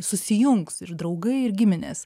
susijungs ir draugai ir giminės